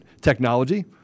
technology